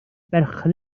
berchen